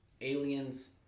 aliens